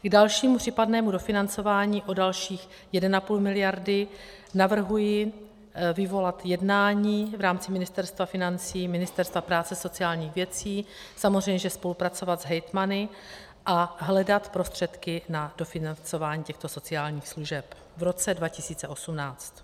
K dalšímu případnému dofinancování o dalších 1,5 mld. navrhuji vyvolat jednání v rámci Ministerstva financí, Ministerstva práce a sociálních věcí, samozřejmě spolupracovat s hejtmany a hledat prostředky na dofinancování těchto sociálních služeb v roce 2018.